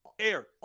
air